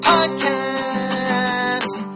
Podcast